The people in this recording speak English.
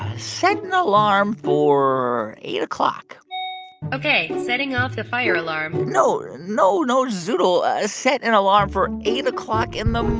set an alarm for eight o'clock ok, setting off the fire alarm no, no. no, zoodle, ah set an alarm for eight o'clock in the.